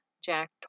Jack